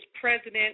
president